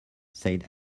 said